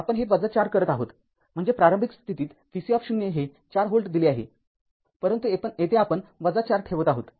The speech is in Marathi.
आपण हे ४ करत आहोत म्हणजे प्रारंभिक स्थितीत vc हे ४ व्होल्ट दिले आहे परंतु येथे आपण ४ ठेवत आहोत